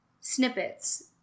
snippets